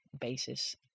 basis